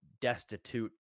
destitute